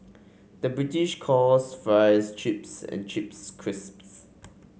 the British calls fries chips and chips crisps